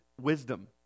wisdom